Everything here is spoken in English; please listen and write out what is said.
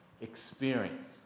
Experience